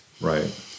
Right